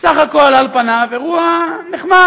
סך הכול, על פניו, אירוע נחמד,